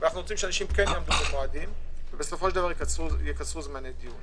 רוצים שבסופו של דבר אנשים יקצרו זמני דיון.